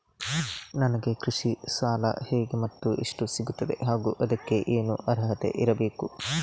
ನನಗೆ ಕೃಷಿ ಸಾಲ ಹೇಗೆ ಮತ್ತು ಎಷ್ಟು ಸಿಗುತ್ತದೆ ಹಾಗೂ ಅದಕ್ಕೆ ಏನು ಅರ್ಹತೆ ಇರಬೇಕು?